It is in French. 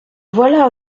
voilà